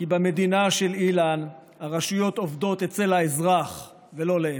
כי במדינה של אילן הרשויות עובדות אצל האזרח ולא להפך.